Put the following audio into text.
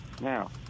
Now